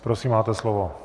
Prosím, máte slovo.